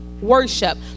worship